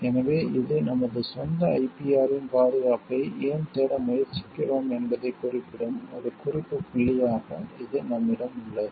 எனவே இது நமது சொந்த IPR இன் பாதுகாப்பை ஏன் தேட முயற்சிக்கிறோம் என்பதைக் குறிப்பிடும் ஒரு குறிப்பு புள்ளியாக இது நம்மிடம் உள்ளது